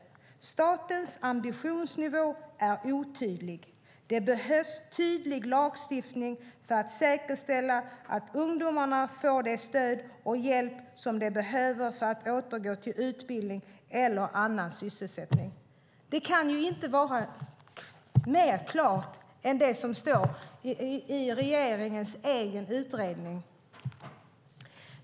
Statens ambitionsnivå är otydlig. Det behövs tydligare lagstiftning för att säkerställa att ungdomarna får det stöd och hjälp som de behöver för att återgå till utbildning eller annan sysselsättning." Det kan ju inte vara mer klart än det som står i regeringens egen utredning.